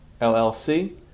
LLC